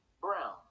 brown